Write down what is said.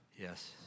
Yes